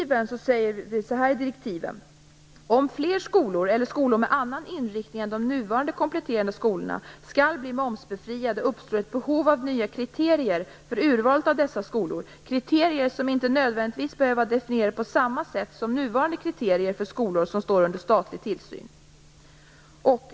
Vi säger så här i direktiven: Om fler skolor eller skolor med annan inriktning än de nuvarande kompletterande skolorna skall bli momsbefriade uppstår ett behov av nya kriterier för urvalet av dessa skolor, kriterier som inte nödvändigtvis behöver vara definierade på samma sätt som nuvarande kriterier för skolor som står under statlig tillsyn.